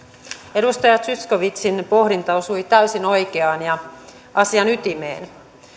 edustaja zyskowiczin pohdinta osui täysin oikeaan ja asian ytimeen